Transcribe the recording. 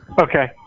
Okay